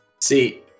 see